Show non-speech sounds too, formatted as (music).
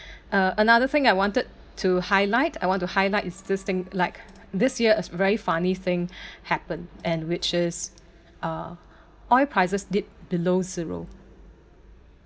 (breath) uh another thing I wanted to highlight I want to highlight is this thing like this year it's very funny thing happened and which is uh oil prices dipped below zero